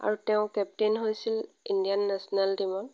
আৰু তেওঁ কেপ্তেইন হৈছিল ইণ্ডিয়ান নেচনেল টীমৰ